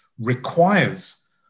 requires